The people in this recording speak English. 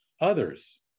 others